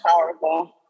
Powerful